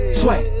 sweat